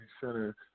center